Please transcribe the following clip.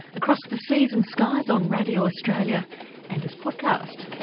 across the seas and skies on radio australia and as podcast.